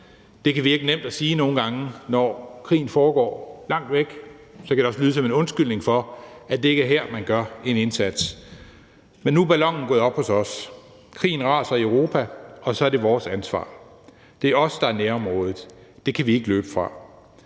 Det kan virke nemt at sige nogle gange, når krigen foregår langt væk, så kan det også lyde som en undskyldning for, at det ikke er her, man gør en indsats. Men nu er ballonen gået op hos os; krigen raser i Europa, og så er det vores ansvar. Det er os, der er nærområdet; det kan vi ikke løbe fra.